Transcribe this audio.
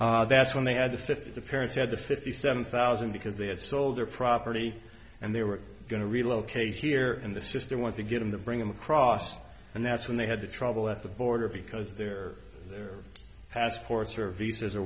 back that's when they had to sift the parents said the fifty seven thousand because they had sold their property and they were going to relocate here in the sister want to get him to bring them across and that's when they had the trouble at the border because there their passports are visas or